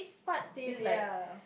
still ya